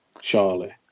Surely